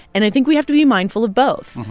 and i think we have to be mindful of both.